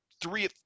three